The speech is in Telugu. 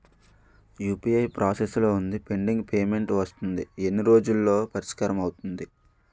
యు.పి.ఐ ప్రాసెస్ లో వుంది పెండింగ్ పే మెంట్ వస్తుంది ఎన్ని రోజుల్లో పరిష్కారం అవుతుంది